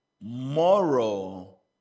moral